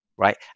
right